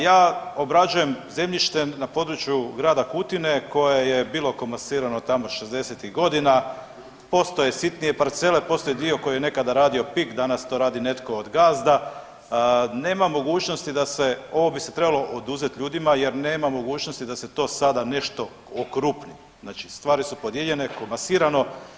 Ja obrađujem zemljište na području grada Kutine koje je bilo komasirano tamo '60.-tih godina, postoje sitnije parcele, postoji dio koji je nekada radio PIK, danas to radi netko od gazda, nema mogućnosti da se, ovo bi se trebalo oduzet ljudima jer nema mogućnosti da se to sada nešto okrupni, znači stvari su podijeljene, komasirano.